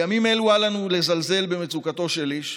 בימים אלה אל לנו לזלזל במצוקתו של איש,